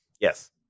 Yes